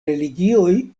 religioj